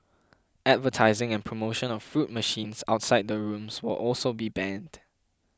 advertising and promotion of fruit machines outside the rooms will also be banned